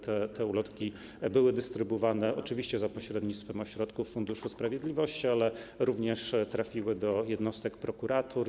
Te ulotki były dystrybuowane oczywiście za pośrednictwem ośrodków Funduszu Sprawiedliwości, ale trafiły też do jednostek prokuratur.